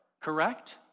correct